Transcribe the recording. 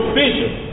vision